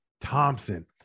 Thompson